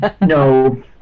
No